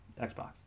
Xbox